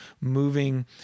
Moving